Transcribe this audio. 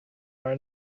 are